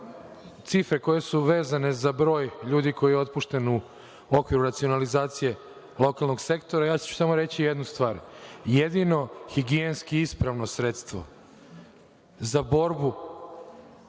cifre koje su vezane za broj ljudi koji je otpušten u okviru racionalizacije lokalnog sektora, ja ću samo reći jednu stvar, jedino higijenski ispravno sredstvo za borbu